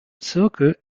zirkel